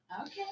Okay